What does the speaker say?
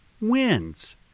wins